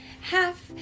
half